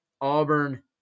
Auburn